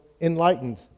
enlightened